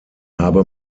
habe